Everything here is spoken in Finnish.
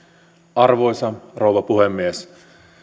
arvoisa rouva puhemies